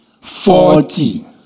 forty